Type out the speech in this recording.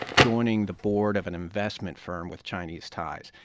joining the board of an investment firm with chinese ties.